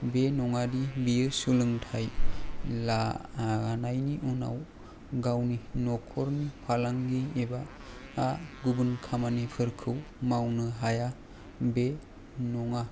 बे नङा दि बियो सोलोंथाय लानायनि उनाव गावनि न'खरनि फालांगि एबा गुबुन खामानिफोरखौ मावनो हाया बे नङा